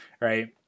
right